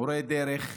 מורי דרך,